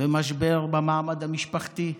ומשבר במעמד המשפחתי,